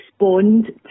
respond